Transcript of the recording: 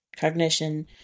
Cognition